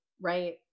Right